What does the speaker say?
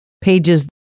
pages